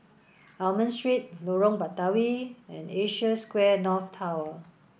Almond Street Lorong Batawi and Asia Square North Tower